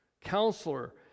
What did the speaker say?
Counselor